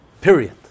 Period